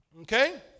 Okay